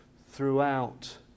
throughout